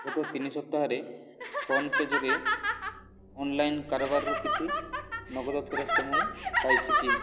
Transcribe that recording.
ଗତ ତିନି ସପ୍ତାହରେ ଫୋନ୍ପେ ଯୋଗେ ଅନଲାଇନ୍ କାରବାରରୁ କିଛି ନଗଦ ଫେରସ୍ତ ମୁଁ ପାଇଛି କି